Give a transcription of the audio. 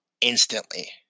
instantly